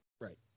Right